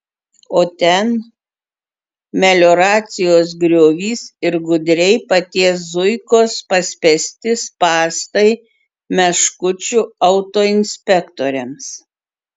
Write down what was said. o ten melioracijos griovys ir gudriai paties zuikos paspęsti spąstai meškučių autoinspektoriams